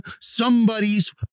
somebody's